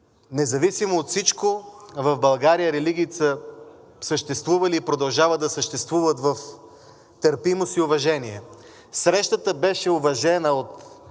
Независимо от всичко в България религиите са съществували и продължават да съществуват в търпимост и уважение. Срещата беше уважена от